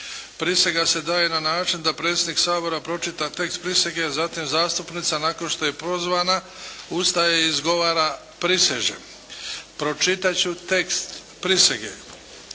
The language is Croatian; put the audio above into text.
Prisega se daje na način da predsjednik Sabora pročita tekst prisege, zastupnica nakon što je prozvana ustaje i izgovara prisežem. Pročitati ću tekst prisege!